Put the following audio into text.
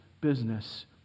business